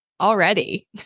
Already